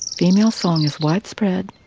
female song is widespread,